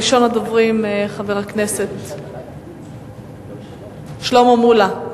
ראשון הדוברים, חבר הכנסת שלמה מולה.